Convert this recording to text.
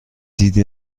دید